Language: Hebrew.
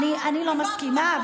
אני לא מסכימה,